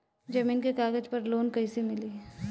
जमीन के कागज पर लोन कइसे मिली?